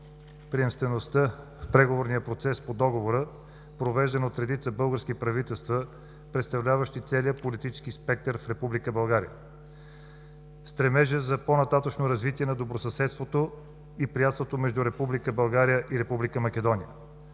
приемствеността в преговорния процес по Договора, провеждан от редица български правителства, представляващи целия политически спектър в Република България; - стремежа за по-нататъшното развитие на добросъседството и приятелството между Република България и Република Македония;